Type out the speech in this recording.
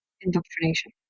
indoctrination